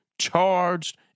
charged